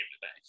today